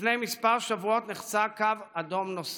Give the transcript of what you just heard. לפני כמה שבועות נחצה קו אדום נוסף,